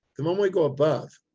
the moment we go above,